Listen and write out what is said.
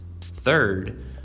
Third